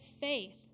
faith